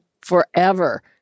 forever